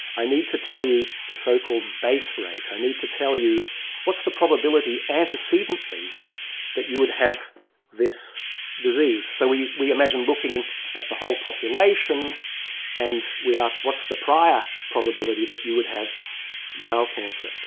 i need to tell you the so-called base rate, i need to tell you what's the probability antecedently that you would have this disease? so we we imagine looking at the whole population and we ask what's the prior probability that you would have bowel cancer?